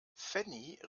fanny